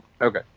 Okay